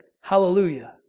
Hallelujah